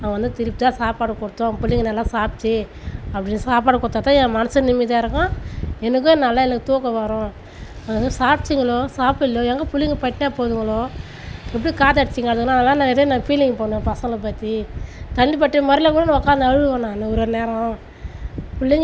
அவன் வந்து திருப்தியாக சாப்பாடு கொடுத்தோம் பிள்ளைங்க நல்லா சாப்பிட்டுச்சு அப்படின்னு சாப்பாடு கொடுத்தா தான் என் மனதும் நிம்மதியாக இருக்கும் எனக்கும் நல்லா எனக்கு தூக்கம் வரும் வந்து சாப்ட்டுச்சுங்களோ சாப்பிட்லியோ எங்கே பிள்ளைங்க பட்டினியா போகுதுங்களோ எப்படி காதடைச்சீங்கடந்ததுங்களோ அதெல்லாம் நான் நிறைய நான் ஃபீலிங் பண்ணுவேன் பசங்களை பற்றி தனிப்பட்ட முறையில கூட நான் உக்கார்ந்து அழுவேன் நான் ஒரு ஒரு நேரம் பிள்ளைங்க